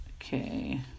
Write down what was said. okay